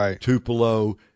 Tupelo